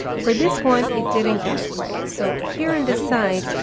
for this one, it didn't get it right. so here in this side,